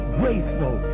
graceful